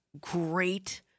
great